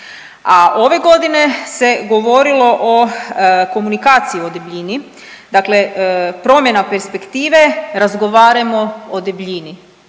ove godine se govorilo o komunikaciji o debljini, dakle promjena perspektive razgovarajmo o debljini,